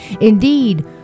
Indeed